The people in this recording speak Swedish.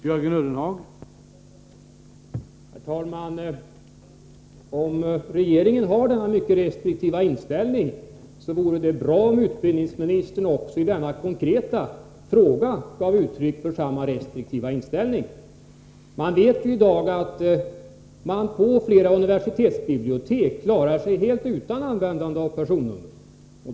Herr talman! Om regeringen nu har denna inställning, vore det bra om Tisdagen den utbildningsministern också i denna konkreta fråga gav uttryck åt samma 24 april 1984 restriktiva inställning. Man klarar sig ju i dag på flera universitetsbibliotek helt utan användande Om planerade ned av Öersotnmumimer.